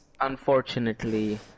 Unfortunately